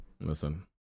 listen